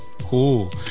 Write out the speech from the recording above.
Cool